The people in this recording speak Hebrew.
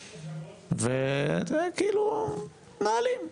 וזה כאילו מתנהלים.